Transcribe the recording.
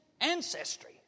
ancestry